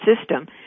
system